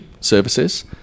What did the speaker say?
services